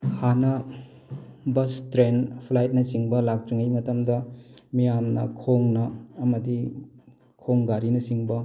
ꯍꯥꯟꯅ bus train ꯐ꯭ꯂꯥꯏꯠꯅꯆꯤꯡꯕ ꯂꯥꯛꯇ꯭ꯔꯤꯉꯩ ꯃꯇꯝꯗ ꯃꯤꯌꯥꯝꯅ ꯈꯣꯡꯅ ꯑꯃꯗꯤ ꯈꯣꯡ ꯒꯥꯔꯤꯅ ꯆꯤꯡꯕ